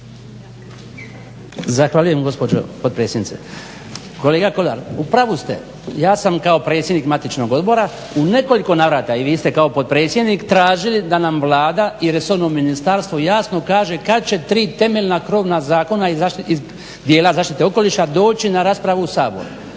Zahvaljujem gospođo potpredsjednice. Kolega Kolar, u pravu ste. Ja sam kao predsjednik matičnog odbora u nekoliko navrata i vi ste kao potpredsjednik tražili da nam Vlada i resorno ministarstvo jasno kaže kad će tri temeljna krovna zakona iz dijela zaštite okoliša doći na raspravu u Sabor.